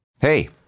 Hey